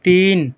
تین